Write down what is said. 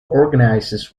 organizes